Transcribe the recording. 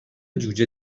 جوجه